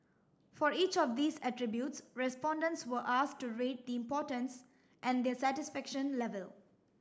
for each of these attributes respondents were asked to rate the importance and their satisfaction level